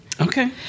Okay